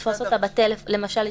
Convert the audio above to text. למשל,